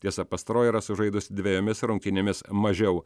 tiesa pastaroji yra sužaidusi dvejomis rungtynėmis mažiau